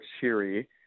cheery